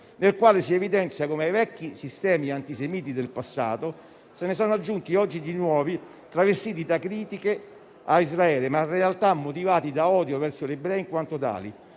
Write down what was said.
nel quale si evidenzia come "ai vecchi stilemi antisemiti" del passato "se ne sono aggiunti oggi di nuovi, travestiti da critiche a Israele ma in realtà motivati da odio verso gli ebrei in quanto tali",